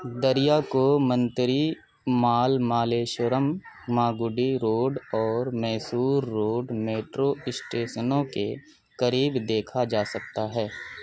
دریا کو Mantri mall Malleshwaram Magadi road اور میسور روڈ میٹرو اسٹیشنوں کے قریب دیکھا جا سکتا ہے